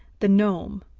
the gnome,